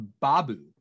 Babu